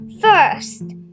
first